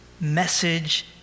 message